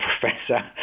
professor